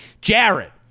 jared